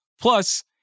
Plus